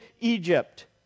Egypt